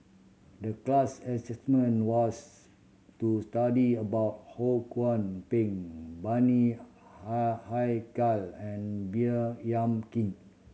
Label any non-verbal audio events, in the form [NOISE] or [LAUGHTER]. the class [UNINTELLIGIBLE] was to study about Ho Kwon Ping Bani [UNINTELLIGIBLE] and Baey Yam Keng